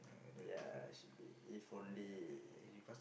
ya should be if only